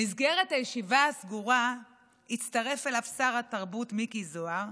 במסגרת הישיבה הסגורה הצטרף אליו שר התרבות מיקי זוהר,